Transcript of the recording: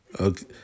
Okay